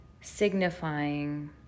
signifying